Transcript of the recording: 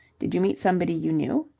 did you meet somebody you knew?